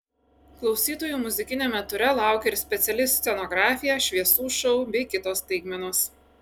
klausytojų muzikiniame ture laukia ir speciali scenografija šviesų šou bei kitos staigmenos